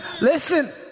listen